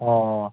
ꯑꯣ